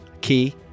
Key